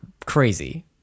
crazy